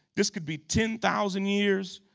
this could be ten thousand years,